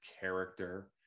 character